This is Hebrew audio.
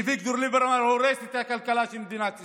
שאביגדור ליברמן הורס את הכלכלה של מדינת ישראל.